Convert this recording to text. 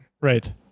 Right